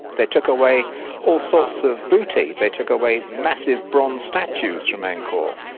they took away all sorts of booty. they took away massive bronze statues from angkor,